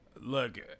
Look